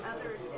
others